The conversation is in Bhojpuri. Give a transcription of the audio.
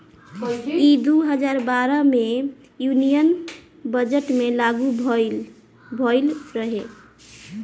ई दू हजार बारह मे यूनियन बजट मे लागू भईल रहे